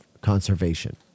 conservation